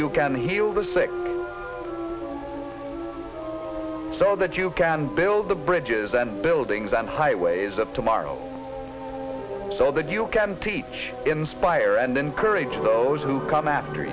you can heal the sick so that you can build the bridges and buildings and highways of tomorrow so that you can teach inspire and encourage those who come after